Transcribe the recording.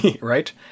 Right